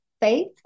faith